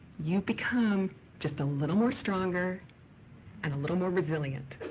you become just a little more stronger and a little more resilient.